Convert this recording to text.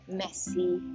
messy